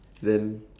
then